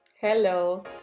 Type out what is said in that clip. Hello